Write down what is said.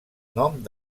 nom